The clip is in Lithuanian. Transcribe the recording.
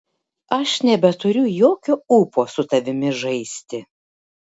aš nebeturiu jokio ūpo su tavimi žaisti